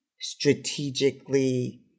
strategically